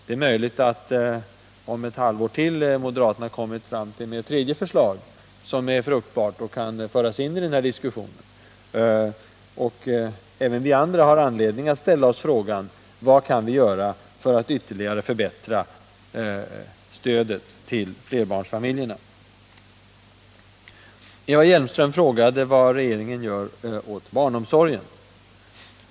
Det är möjligt att moderaterna om ett halvår har kommit fram till ett tredje förslag, som är fruktbart och kan föras in i diskussionen. Men även vi andra har anledning ställa oss frågan: Vad kan vi göra för att förbättra stödet till flerbarnsfamiljerna? Eva Hjelmström frågade vad regeringen gör åt barnomsorgen.